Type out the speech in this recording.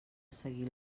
seguir